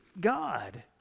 God